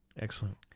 Excellent